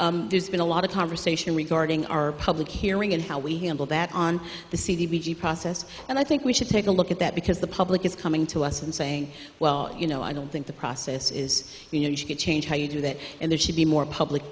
them there's been a lot of conversation regarding our public hearing and how we handle that on the c d g process and i think we should take a look at that because the public is coming to us and saying well you know i don't think the process is good change how you do that and there should be more public